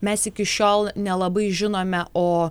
mes iki šiol nelabai žinome o